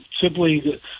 simply